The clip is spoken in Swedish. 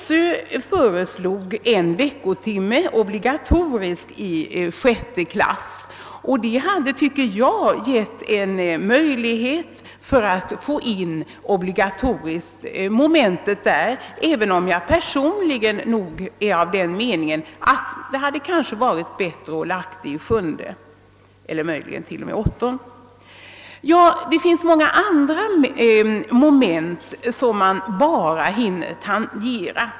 Skolöverstyrelsen föreslog obligatorisk undervisning under en veckotimme i årskurs 6, och jag anser att det skulle ha varit möjligt att få in ett obligatoriskt moment där, även om jag personligen har den uppfattningen att det varit bättre att lägga undervisningen i årskurs 7 eller möjligen t.o.m. i årskurs 38. Det finns många andra moment, som man bara hinner tangera.